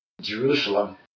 Jerusalem